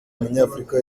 umunyafurika